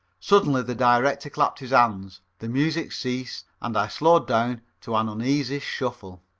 suddenly the director clapped his hands. the music ceased, and i slowed down to an uneasy shuffle.